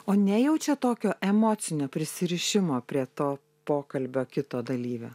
o nejaučiat tokio emocinio prisirišimo prie to pokalbio kito dalyvio